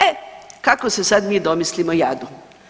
E kako se sad mi domislimo jadu.